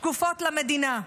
שקופות למדינה.